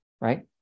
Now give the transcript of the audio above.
right